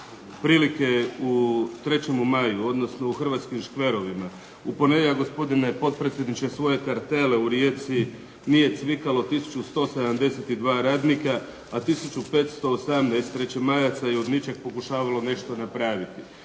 prilike u „3. MAJU“ odnosno u Hrvatskim škverovima. U ponedjeljak gospodine potpredsjedniče svoje kartele u Rijeci nije cvikalo 1172 radnika, a 1518 trećemajaca je od ničeg pokušavalo nešto napraviti.